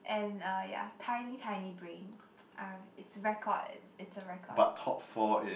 and uh yeah tiny tiny brain uh it's record it's a record